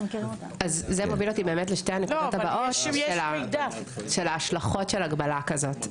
זה מוביל אותי לשתי הנקודות הבאות של ההשלכות של הגבלה כזו.